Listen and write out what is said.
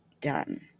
done